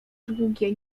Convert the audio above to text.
długie